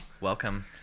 Welcome